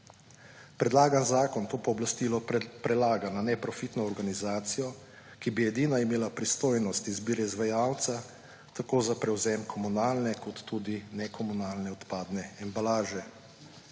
Predlagani zakon to pooblastilo prelaga na neprofitno organizacijo, ki bi edina imela pristojnost izbire izvajalca tako za prevzem komunalne kot tudi nekomunalne odpadne embalaže.